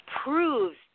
proves